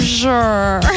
sure